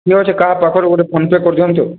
ଠିକ ଅଛି କାହା ପାଖରେ ଗୋଟେ ଫୋନପେ କରି ଦିଅନ୍ତୁ